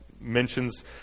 Mentions